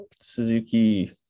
Suzuki